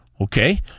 Okay